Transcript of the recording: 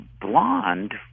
blonde